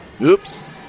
Oops